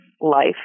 life